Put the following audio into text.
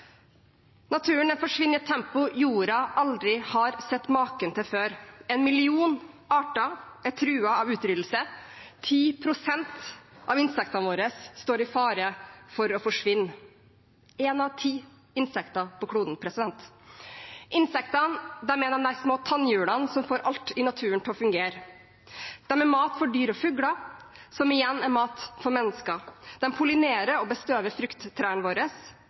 Naturen forsvinner i et tempo jorda aldri har sett maken til før. En million arter er truet av utryddelse. 10 pst. av insektene våre står i fare for å forsvinne – ett av ti insekter på kloden. Insektene er de små tannhjulene som får alt i naturen til å fungere. De er mat for dyr og fugler, som igjen er mat for mennesker. De pollinerer og bestøver